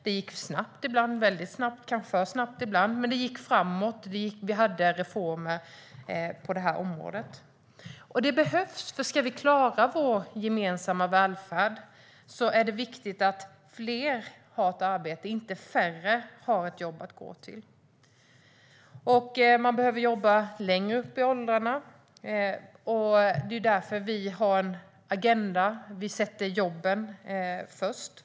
Det gick snabbt, kanske alltför snabbt ibland, men det gick framåt och vi hade reformer på detta område. Det behövs, för om vi ska klara vår gemensamma välfärd är det viktigt att fler har ett jobb att gå till, inte färre. Man behöver jobba längre upp i åldrarna. Därför har vi en agenda där vi sätter jobben främst.